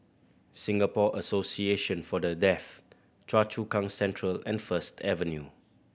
Singapore Association For The Deaf Choa Chu Kang Central and First Avenue